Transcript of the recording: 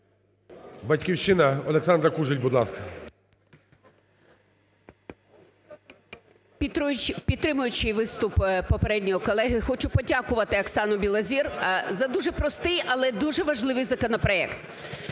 "Батьківщина". Олександра Кужель, будь ласка.